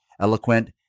eloquent